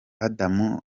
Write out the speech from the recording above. adam